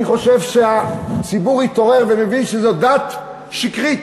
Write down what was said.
אני חושב שהציבור התעורר ומבין שזאת דת שקרית.